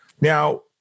Now